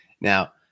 Now